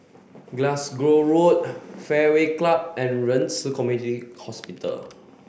Glasgow Road Fairway Club and Ren Ci Community Hospital